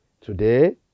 Today